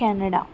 Canada